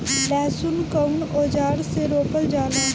लहसुन कउन औजार से रोपल जाला?